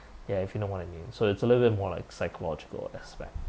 ya if you know what I mean so it's a little bit more like psychological aspect